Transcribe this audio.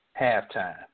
Halftime